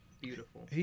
Beautiful